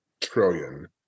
trillion